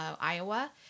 Iowa